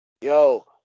Yo